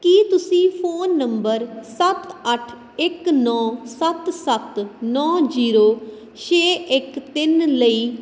ਕੀ ਤੁਸੀਂ phone number ਸੱਤ ਅੱਠ ਇੱਕ ਨੌ ਸੱਤ ਸੱਤ ਨੌ ਜ਼ੀਰੋ ਛੇ ਇੱਕ ਤਿੰਨ ਲਈ